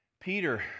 Peter